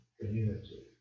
community